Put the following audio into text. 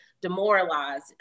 demoralized